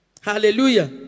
Hallelujah